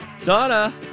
Donna